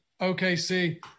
OKC